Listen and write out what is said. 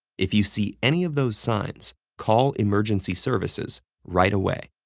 if you see any of those signs, call emergency services right away.